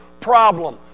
problem